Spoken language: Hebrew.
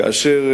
כאשר,